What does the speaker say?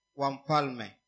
wampalme